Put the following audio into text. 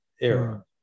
era